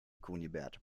kunibert